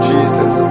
Jesus